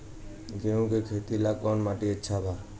गेहूं के खेती ला कौन माटी अच्छा बा?